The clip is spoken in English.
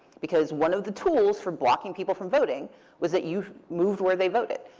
because one of the tools for blocking people from voting was that you moved where they voted.